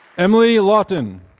emily lawton.